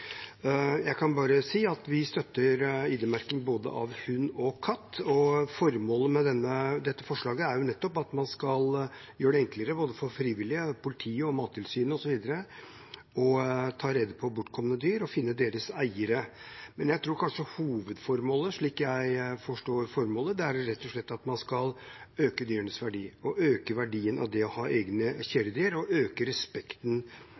Jeg kan bare si at vi støtter ID-merking av både hund og katt. Formålet med dette forslaget er nettopp at man skal gjøre det enklere for både frivillige, politiet, Mattilsynet osv. å ta rede på hvem bortkomne dyrs eiere er, og finne dem. Jeg tror kanskje hovedformålet, slik jeg forstår det, rett og slett er at man skal øke dyrenes verdi, øke verdien av det å ha egne kjæledyr og øke respekten